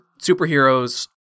superheroes